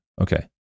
Okay